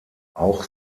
auch